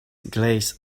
glaze